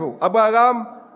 Abraham